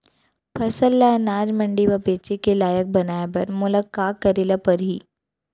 फसल ल अनाज मंडी म बेचे के लायक बनाय बर मोला का करे ल परही?